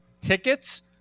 tickets